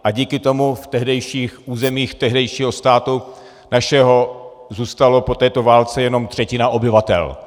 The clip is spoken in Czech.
A díky tomu v tehdejších územích tehdejšího státu našeho zůstala po této válce jenom třetina obyvatel.